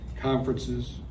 conferences